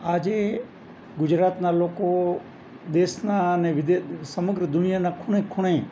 આજે ગુજરાતનાં લોકો દેશનાં અને સમગ્ર દુનિયાનાં ખૂણે ખૂણે